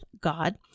God